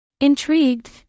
Intrigued